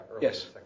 Yes